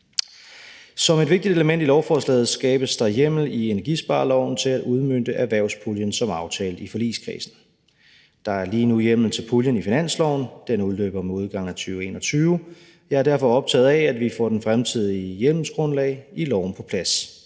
Som et vigtigt element i lovforslaget skabes der hjemmel i energispareloven til at udmønte erhvervspuljen som aftalt i forligskredsen. Der er lige nu hjemmel til puljen i finansloven; den udløber med udgangen af 2021. Jeg er derfor optaget af, at vi får det fremtidige hjemmelsgrundlag i loven på plads.